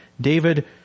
David